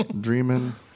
Dreaming